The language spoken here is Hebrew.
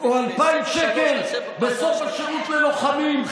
או 2,000 שקל בסוף השירות ללוחמים.